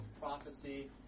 Prophecy